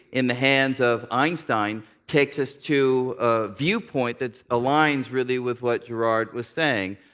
in the hands of einstein, takes us to a viewpoint that aligns really with what gerard was saying.